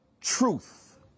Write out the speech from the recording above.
truth